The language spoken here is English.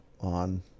on